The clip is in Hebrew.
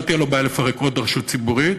לא תהיה לו בעיה לפרק עוד רשות ציבורית,